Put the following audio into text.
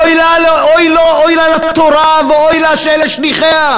אוי לה לתורה ואוי לשליחיה.